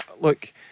look